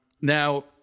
Now